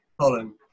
Colin